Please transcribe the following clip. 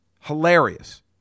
hilarious